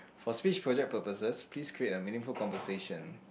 for speech project purposes please create a meaningful compensation